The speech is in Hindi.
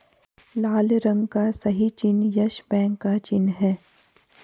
लाल रंग का सही चिन्ह यस बैंक का चिन्ह है